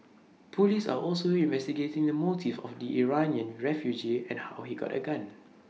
Police are also investigating the motives of the Iranian refugee and how he got A gun